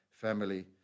family